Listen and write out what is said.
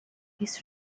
his